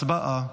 הצבעה.